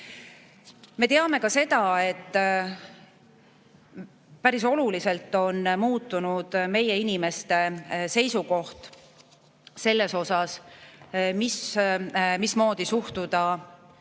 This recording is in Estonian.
Me teame ka seda, et päris oluliselt on muutunud meie inimeste seisukoht selles osas, mismoodi suhtuda